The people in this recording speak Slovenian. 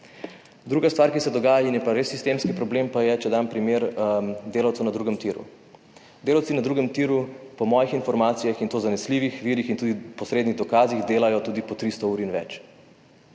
Druga stvar, ki se dogaja in je pa res sistemski problem, pa je, če dam primer delavcev na drugem tiru. Delavci na drugem tiru po mojih informacijah, in to zanesljivih virih in tudi posrednih dokazih, delajo tudi po 300 ur in več.